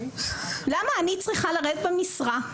למה אני צריכה לרדת במשרה,